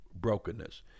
brokenness